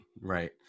Right